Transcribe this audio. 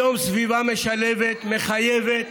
היום סביבה משלבת מחייבת